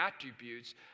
attributes